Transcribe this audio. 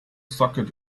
socket